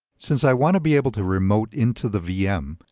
since i want to be able to remote into the vm,